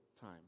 time